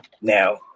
Now